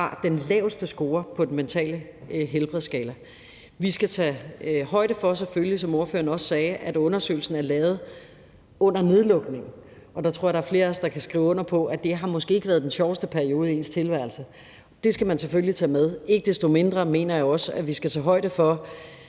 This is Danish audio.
har den laveste score på den mentale helbredsskala. Vi skal selvfølgelig, som ordføreren også sagde, tage højde for, at undersøgelsen er lavet under nedlukningen, og der tror jeg, der er flere af os, der kan skrive under på, at det måske ikke har været den sjoveste periode i ens tilværelse, og det skal man selvfølgelig tage med. Ikke desto mindre mener jeg også, at vi skal tage højde for,